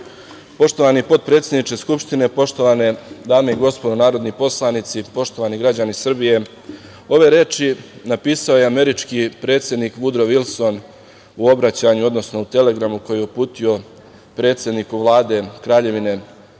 SAD.Poštovani potpredsedniče Skupštine, poštovane dame i gospodo narodni poslanici, poštovani građani Srbije, ove reči napisao je američki predsednik Vudro Vilson u obraćanju, odnosno u telegramu koji je uputio predsedniku Vlade Kraljevine Srbije,